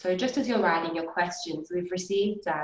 so just as you're writing your questions, we've received